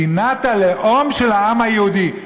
מדינת הלאום של העם היהודי,